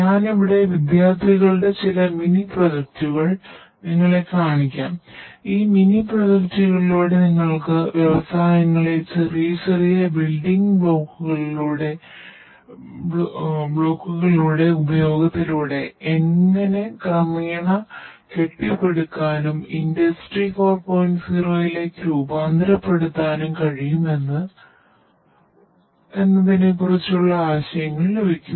ഞാൻ ഇവിടെ വിദ്യാർത്ഥികളുടെ ചില മിനി പ്രൊജക്റ്റുകൾ യിലേക്ക് രൂപാന്തരപ്പെടുത്താനും കഴിയും എന്ന കുറച്ച് ആശയങ്ങൾ ലഭിക്കും